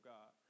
God